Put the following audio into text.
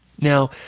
now